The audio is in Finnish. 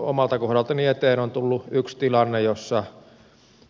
omalta kohdaltani eteen on tullut yksi tilanne